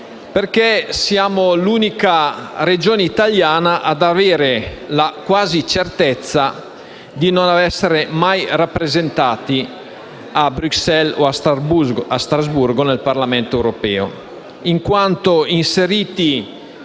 l'unica Regione italiana ad avere la quasi certezza di non essere mai rappresentata a Bruxelles o a Strasburgo nel Parlamento europeo, in quanto inserita